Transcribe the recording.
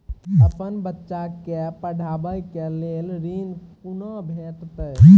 अपन बच्चा के पढाबै के लेल ऋण कुना भेंटते?